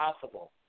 possible